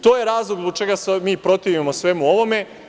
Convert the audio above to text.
To je razlog zbog čega se mi protivimo svemu ovome.